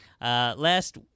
Last